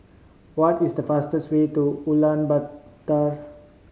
what is the fastest way to Ulaanbaatar